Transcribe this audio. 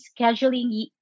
scheduling